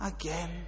again